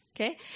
Okay